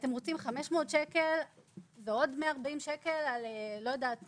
אתם רוצים 500 שקלים ועוד 140 שקלים על אגרה,